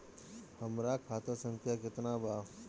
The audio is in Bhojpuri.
हमरा खाता संख्या केतना बा?